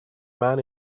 man